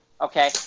Okay